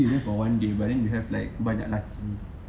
you did it for one day but then you have banyak laki